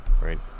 right